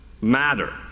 matter